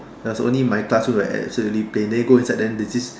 there was only my classroom that is absolutely plain then you go inside then there's this